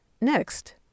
next